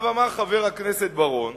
אמר חבר הכנסת רוני